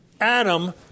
Adam